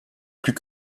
plus